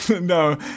No